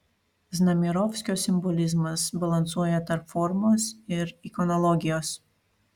znamierovskio simbolizmas balansuoja tarp formos ir ikonologijos